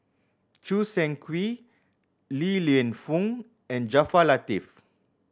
Choo Seng Quee Li Lienfung and Jaafar Latiff